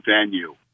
venue